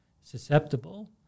susceptible